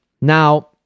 now